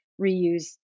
reuse